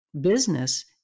business